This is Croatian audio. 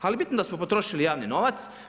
Ali bitno da smo potrošili javni novac.